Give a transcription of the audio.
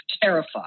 terrified